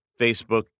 Facebook